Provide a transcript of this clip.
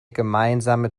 gemeinsame